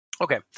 Okay